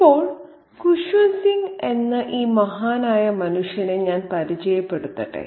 ഇപ്പോൾ ഖുസ്വന്ത് സിംഗ് എന്ന ഈ മഹാനായ മനുഷ്യനെ ഞാൻ പരിചയപ്പെടുത്തട്ടെ